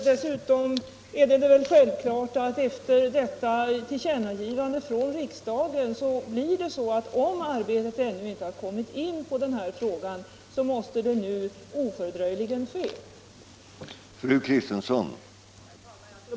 Dessutom är det väl självklart efter detta riksdagens tillkännagivande att om Vård-76 ännu inte har börjat arbeta med dessa frågor, så måste det nu ofördröjligen ske.